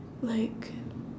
like